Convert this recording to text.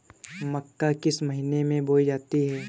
मक्का किस महीने में बोई जाती है?